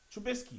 Trubisky